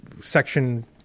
section